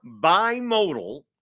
bimodal